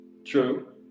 True